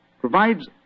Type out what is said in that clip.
provides